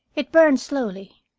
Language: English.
it burned slowly,